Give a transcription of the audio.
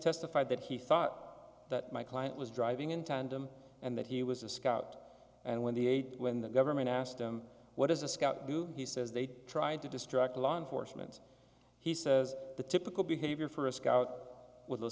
testified that he thought that my client was driving in tandem and that he was a scout and when the eight when the government asked them what does a scout do he says they tried to distract law enforcement he says the typical behavior for a scout with